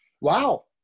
wow